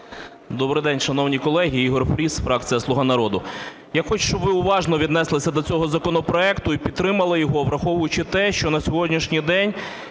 Добрий день, шановні колеги! Ігор Фріс, фракція "Слуга народу". Я хочу, щоб ви уважно віднеслися до цього законопроекту і підтримали його, враховуючи те, що на сьогоднішній день